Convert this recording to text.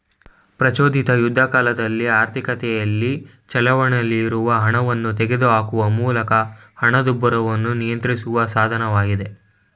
ಪ್ರಚೋದಿತ ಯುದ್ಧಕಾಲದ ಆರ್ಥಿಕತೆಯಲ್ಲಿ ಚಲಾವಣೆಯಲ್ಲಿರುವ ಹಣವನ್ನ ತೆಗೆದುಹಾಕುವ ಮೂಲಕ ಹಣದುಬ್ಬರವನ್ನ ನಿಯಂತ್ರಿಸುವ ಸಾಧನವಾಗಿದೆ